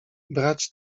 brać